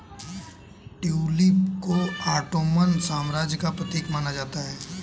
tulip को Ottoman साम्राज्य का प्रतीक माना जाता है